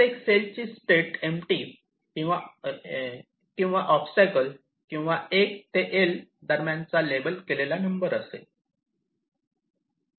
प्रत्येक सेल ची state empty किंवा ओबस्टॅकल्स किंवा 1 ते L दरम्यान चा लेबल केलेला नंबर असेल